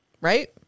right